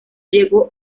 llegó